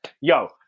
yo